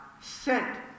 sent